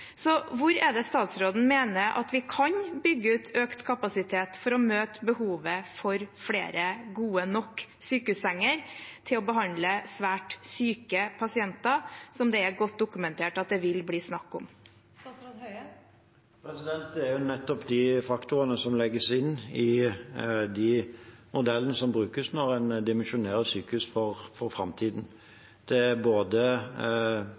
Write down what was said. Så hvor er det statsråden mener at vi kan bygge ut økt kapasitet for å møte behovet for flere gode nok sykehussenger til å behandle svært syke pasienter, som det er godt dokumentert at det vil bli snakk om? Det er nettopp de faktorene som legges inn i de modellene som brukes når en dimensjonerer sykehus for framtiden.